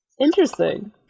Interesting